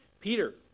Peter